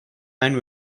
and